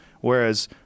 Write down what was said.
Whereas